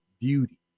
beauty